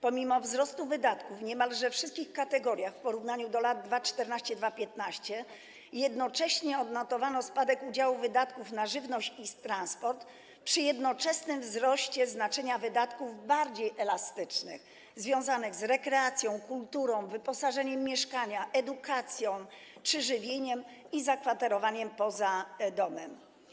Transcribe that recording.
Pomimo wzrostu wydatków w niemalże wszystkich kategoriach w porównaniu do lat 2014–2015 jednocześnie odnotowano spadek udziału wydatków na żywność i transport przy jednoczesnym wzroście znaczenia wydatków bardziej elastycznych, związanych z rekreacją, kulturą, wyposażeniem mieszkania, edukacją czy żywieniem i zakwaterowaniem poza domem.